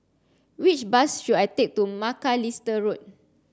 which bus should I take to Macalister Road